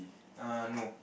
err no